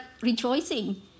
rejoicing